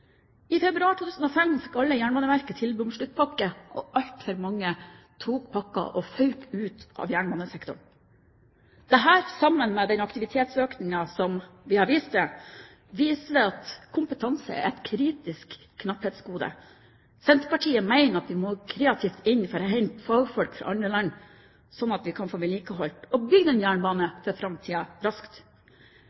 og altfor mange tok pakka og føk ut av jernbanesektoren. Dette, sammen med den aktivitetsøkningen som vi har vist til, viser at kompetanse er et kritisk knapphetsgode. Senterpartiet mener at vi må gå kreativt inn for å hente fagfolk fra andre land, slik at vi kan få vedlikeholdt og bygd en jernbane